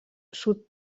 sud